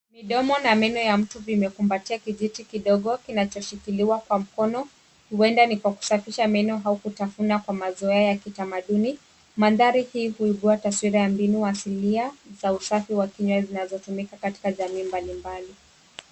Midomo na meno ya mtu vimekumbatia kijiti kidogo kinachoshikiliwa kwa mkono, huenda ni kwa kusafisha meno au kutafuna kwa mazoea ya kitamaduni. Mandhari hii huibua taswira ya mbinu asilia za usafi wa kinywa zinazotumika katika jamii mbalimbali.